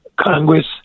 Congress